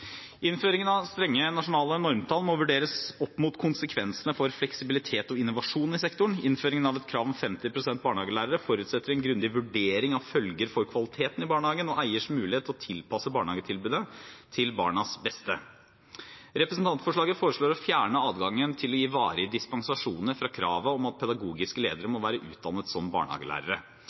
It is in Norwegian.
Innføringen av strenge nasjonale normtall må vurderes opp mot konsekvensene for fleksibilitet og innovasjon i sektoren. Innføringen av et krav om 50 pst. barnehagelærere forutsetter en grundig vurdering av følger for kvaliteten i barnehagen og eiers mulighet til å tilpasse barnehagetilbudet til barnas beste. Representantforslaget foreslår å fjerne adgangen til å gi varige dispensasjoner fra kravet om at pedagogiske ledere må være utdannet som barnehagelærere.